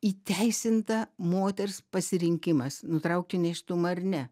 įteisinta moters pasirinkimas nutraukti nėštumą ar ne